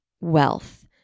wealth